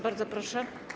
Bardzo proszę.